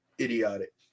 idiotic